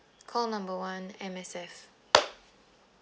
call number one M_S_F